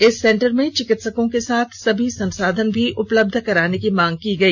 इस सेंटर में चिकित्सकों के साथ सभी संसाधन भी उपलब्ध कराने की मांग की गई